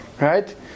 right